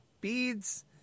beads